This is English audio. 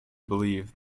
believe